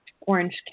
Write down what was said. Orange